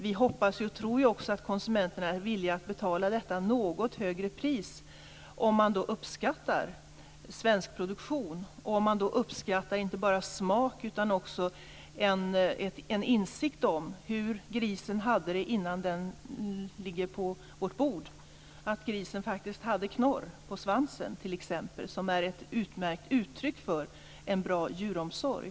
Vi hoppas och tror att konsumenterna är villiga att betala detta något högre pris om de uppskattar svensk produktion och inte bara uppskattar smak utan också en insikt om hur grisen hade det innan den kom på vårt bord, att grisen faktiskt hade t.ex. knorr på svansen som är ett utmärkt uttryck för en bra djuromsorg.